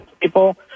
People